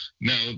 Now